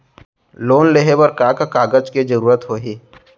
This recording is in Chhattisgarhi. लोन लेहे बर का का कागज के जरूरत होही?